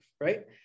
right